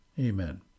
Amen